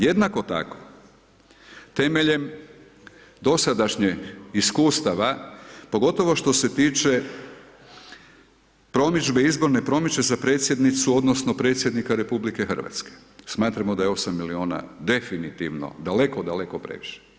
Jednako tako temeljem dosadašnjeg iskustava, pogotovo što se tiče promidžbe, izborne promidžbe za predsjednicu odnosno predsjednika RH, smatramo da je 8.000.000 definitivno daleko, daleko previše.